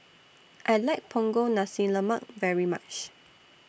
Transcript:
I like Punggol Nasi Lemak very much